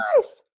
nice